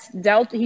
dealt